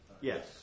Yes